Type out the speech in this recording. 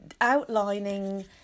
outlining